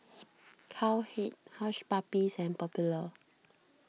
Cowhead Hush Puppies and Popular